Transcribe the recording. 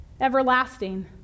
everlasting